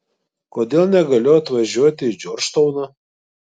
kodėl negaliu atvažiuoti į džordžtauną